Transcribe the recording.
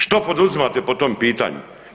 Što poduzimate o tom pitanju?